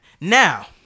Now